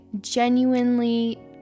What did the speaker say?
genuinely